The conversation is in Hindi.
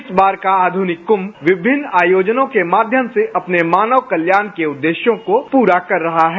इस बार का आधुनिक कुंभ विभिन्न आयोजनों के माध्यम से अपने मानव कल्याण के उद्देश्यों को पूरा कर रहा है